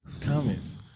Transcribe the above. comments